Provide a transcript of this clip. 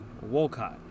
Wolcott